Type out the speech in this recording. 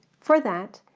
for that,